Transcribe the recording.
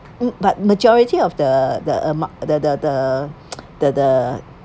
mm but majority of the the amou~ the the the the the